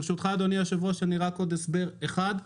ברשותך, אדוני היושב-ראש, עוד הסבר אחד.